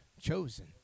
chosen